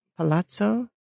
Palazzo